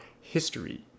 history